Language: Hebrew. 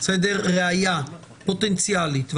ראיה פוטנציאלית,